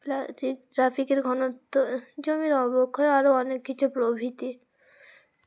plastic ট্রাফিকের ঘনত্ব জমির অবক্ষয় আরও অনেক কিছু প্রভৃতি